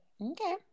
Okay